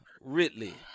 Ridley